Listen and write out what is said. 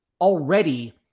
already